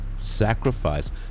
sacrifice